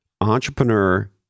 entrepreneur